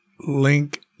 link